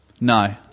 No